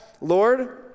Lord